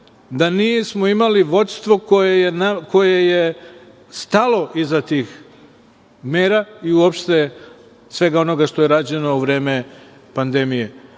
da nismo imali vođstvo koje je stalo iza tih mera i uopšte svega onoga što je rađeno u vreme pandemije. Tako